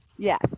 Yes